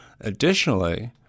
Additionally